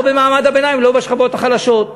לא במעמד הביניים ולא בשכבות החלשות.